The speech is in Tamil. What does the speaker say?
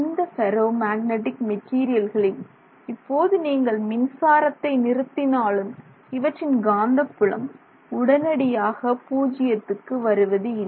இந்த ஃபெர்ரோ மேக்னெட்டிக் மெட்டீரியல்களில் இப்போது நீங்கள் மின்சாரத்தை நிறுத்தினாலும் இவற்றின் காந்தப்புலம் உடனடியாக பூஜ்ஜியத்துக்கு வருவதில்லை